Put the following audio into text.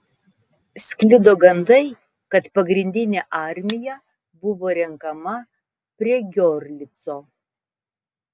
sklido gandai kad pagrindinė armija buvo renkama prie giorlico